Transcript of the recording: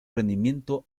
rendimiento